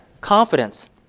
confidence